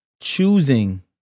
Choosing